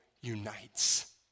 unites